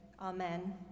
amen